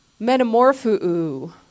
metamorphoo